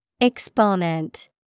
Exponent